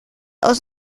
aus